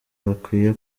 bakwiye